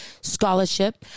scholarship